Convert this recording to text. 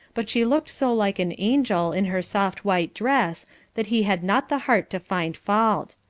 but she looked so like an angel in her soft white dress that he had not the heart to find fault.